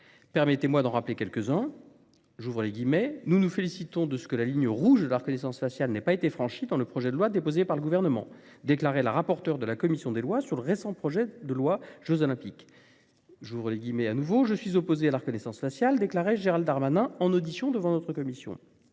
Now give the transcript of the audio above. Permettez-moi d'en rappeler quelques-uns. « Nous nous félicitons de ce que la ligne rouge de la reconnaissance faciale n'ait pas été franchie dans le projet de loi déposé par le Gouvernement », déclarait la rapporteure de la commission des lois sur le récent projet de loi relatif aux jeux Olympiques et Paralympiques. « Je suis opposé à la reconnaissance faciale », affirmait Gérald Darmanin, auditionné par notre commission.